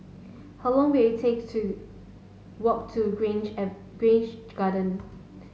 how long will it take to walk to Grange Grange Garden